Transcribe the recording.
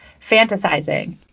fantasizing